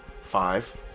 Five